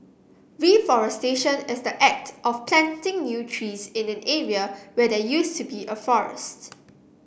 reforestation is the act of planting new trees in an area where there used to be a forest